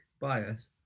bias